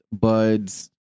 buds